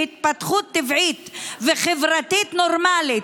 בהתפתחות טבעית וחברתית נורמלית,